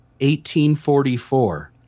1844